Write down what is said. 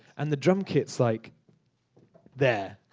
and the drum kit's like there,